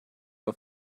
are